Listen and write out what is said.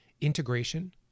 integration